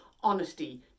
honesty